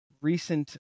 recent